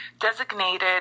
designated